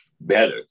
better